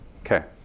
Okay